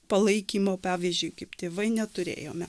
palaikymo pavyzdžiui kaip tėvai neturėjome